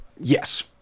Yes